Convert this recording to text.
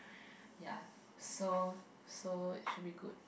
yeah so so it should be good